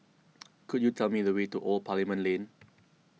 could you tell me the way to Old Parliament Lane